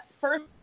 first